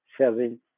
seven